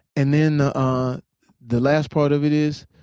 and then ah the last part of it is,